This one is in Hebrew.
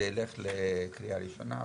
זה ילך לקריאה ראשונה וכולי,